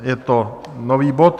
Je to nový bod.